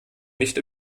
nicht